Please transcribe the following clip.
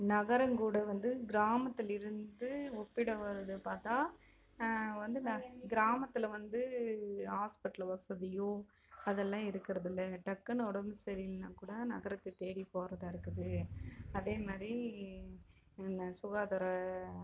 நகரங்கூட வந்து கிராமத்திலேருந்து ஒப்பிட வராத பார்த்தா வந்து ந கிராமத்தில் வந்து ஆஸ்பிட்டல் வசதியோ அதெல்லாம் இருக்கிறதில்ல டக்குன்னு உடம்பு சரி இல்லைனாக்கூட நகரத்தை தேடி போகிறதா இருக்குது அதே மாதிரி சுகாதார